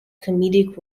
comedic